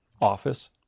office